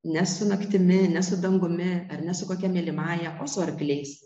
ne su naktimi ne su dangumi ar ne su kokia mylimąja o su arkliais